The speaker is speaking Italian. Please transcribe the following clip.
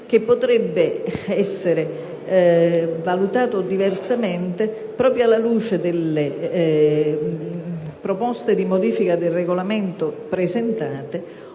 che potrebbe essere valutato diversamente, proprio alla luce delle proposte di modifica presentate